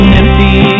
empty